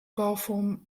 bauform